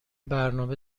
برنامه